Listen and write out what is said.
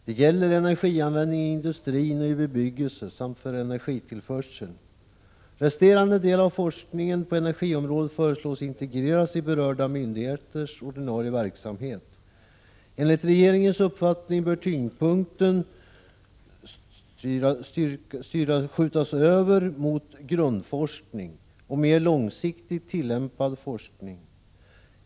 Det gäller energianvändning i industrin och i bebyggelse samt för energitillförsel. Resterande del av forskningen på energiområdet föreslås integreras i berörda myndigheters ordinarie verksamhet. Enligt regeringens uppfattning bör tyngdpunkten skjutas över mot grundforskning och mer långsiktigt tillämpad forskning.